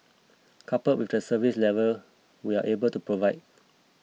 coupled with the service level we are able to provide